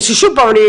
ששוב פעם,